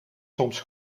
soms